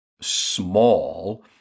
small